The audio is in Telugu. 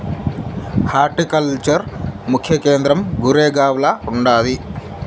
హార్టికల్చర్ ముఖ్య కేంద్రం గురేగావ్ల ఉండాది